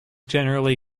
generally